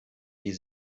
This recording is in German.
wie